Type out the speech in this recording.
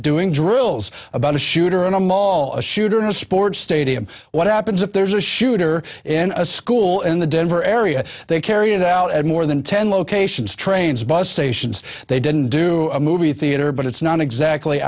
doing drills about a shooter in a mall a shooter in a sports stadium what happens if there's a shooter in a school in the denver area they carried it out at more than ten locations trains bus stations they didn't do a movie theatre but it's not exactly